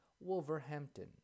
Wolverhampton